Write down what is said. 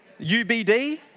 UBD